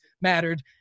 mattered